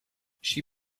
she